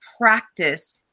practice